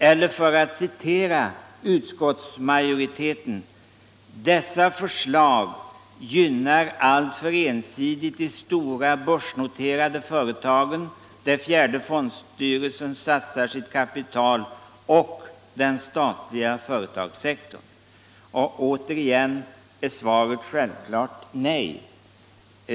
Eller för att citera utskottsmajoriteten: ”Dessa förslag gynnar alltför ensidigt de stora börsnoterade företagen, där fjärde fondstyrelsen satsar sitt kapital, och den statliga företagssektorn.” Återigen är svaret självfallet nej.